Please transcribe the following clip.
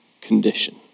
condition